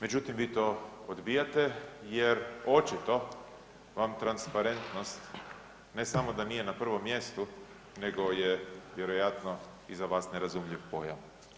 Međutim, vi to odbijate jer očito vam transparentnost ne samo da nije na prvom mjestu nego je vjerojatno i za vas nerazumljiv pojam.